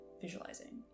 visualizing